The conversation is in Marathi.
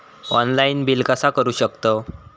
ऑनलाइन बिल कसा करु शकतव?